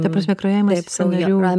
ta prasme kraujavimai sąnarių